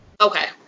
okay